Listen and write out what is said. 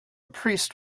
priest